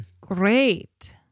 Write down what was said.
Great